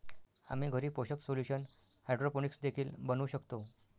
आम्ही घरी पोषक सोल्यूशन हायड्रोपोनिक्स देखील बनवू शकतो